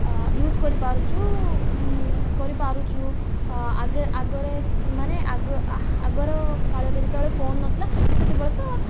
use କରିପାରୁଛୁ କରିପାରୁଛୁ ଆଗ ଆଗରେ ମାନେ ଆଗ ଆଗର କାଳରେ ଯେତେବେଳେ ଫୋନ୍ ନଥିଲା ସେତେବେଳେ ତ